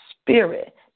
Spirit